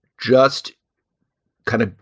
just kind of.